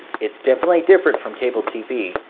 it's definitely different from cable tv,